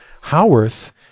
Howarth